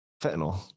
Fentanyl